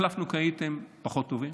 החלפנו כי הייתם פחות טובים,